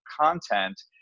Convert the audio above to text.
content